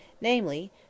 Namely